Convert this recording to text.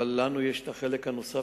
אבל לנו יש החלק הנוסף,